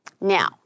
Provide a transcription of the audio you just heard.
Now